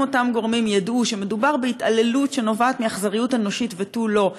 אם אותם גורמים ידעו שמדובר בהתעללות שנובעת מאכזריות אנושית ותו לא,